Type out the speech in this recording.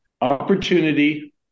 opportunity